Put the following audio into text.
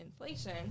inflation